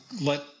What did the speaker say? let